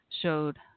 showed